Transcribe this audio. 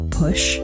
push